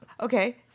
Okay